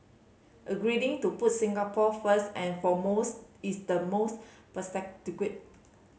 agreeing to put Singapore first and foremost is the most